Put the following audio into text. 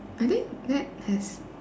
I think that has